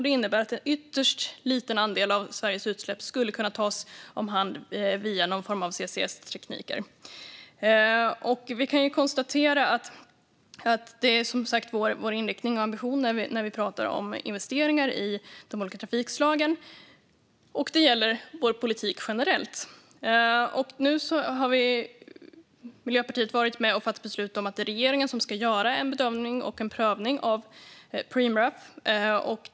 En ytterst liten andel skulle alltså kunna tas om hand via någon form av CCS-tekniker. Det är vår inriktning och ambition när vi talar om investeringar i de olika trafikslagen. Det gäller också vår politik generellt. Nu har Miljöpartiet varit med och fattat beslut om att det är regeringen som ska göra en bedömning och en prövning av Preemraff.